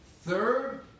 Third